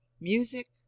music